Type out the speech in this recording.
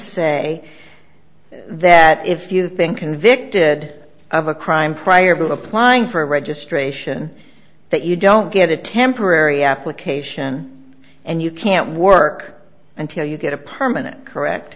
say that if you think convicted of a crime prior to applying for registration that you don't get a temporary application and you can't work until you get a permanent correct